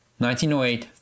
1908